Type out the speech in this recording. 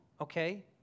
okay